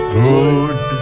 good